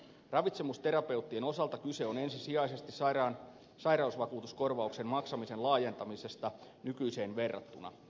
ravitsemusterapeuttien osalta kyse on ensisijaisesti sairausvakuutuskorvauksen maksamisen laajentamisesta nykyiseen verrattuna